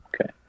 Okay